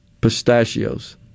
pistachios